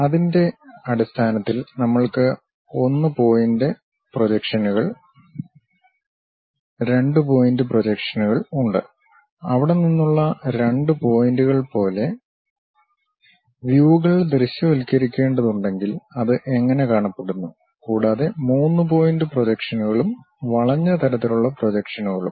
അതിന്റെ അടിസ്ഥാനത്തിൽ നമ്മൾക്ക് 1 പോയിന്റ് പ്രൊജക്ഷനുകൾ 2 പോയിന്റ് പ്രൊജക്ഷനുകൾ ഉണ്ട് അവിടെ നിന്നുള്ള 2 പോയിന്റുകൾ പോലെ വ്യൂകൾ ദൃശ്യവൽക്കരിക്കേണ്ടതുണ്ടെങ്കിൽ അത് എങ്ങനെ കാണപ്പെടുന്നു കൂടാതെ 3 പോയിന്റ് പ്രൊജക്ഷനുകളും വളഞ്ഞ തരത്തിലുള്ള പ്രൊജക്ഷനുകളും